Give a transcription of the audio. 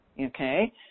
okay